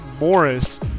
Morris